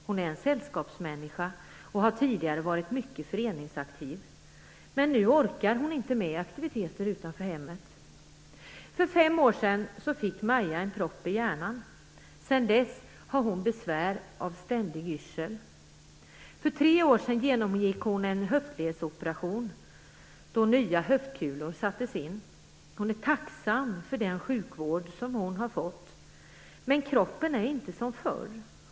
Hon är en sällskapsmänniska och har tidigare varit mycket föreningsaktiv, men nu orkar hon inte med aktiviteter utanför hemmet. För fem år sedan fick Maja en propp i hjärnan. Sedan dess har hon besvär av ständig yrsel. För tre år sedan genomgick hon en höftledsoperation då nya höftkulor sattes in. Hon är tacksam för den sjukvård som hon har fått, men kroppen är inte som den var förr.